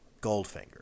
Goldfinger